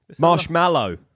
Marshmallow